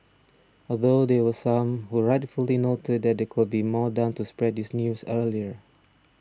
although there were some who rightfully noted that there could be more done to spread this news earlier